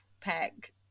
pack